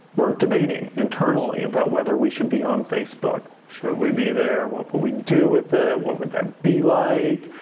were debating internally about whether we should be on facebook. should we be there? what would we do with it? what would that be like?